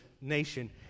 nation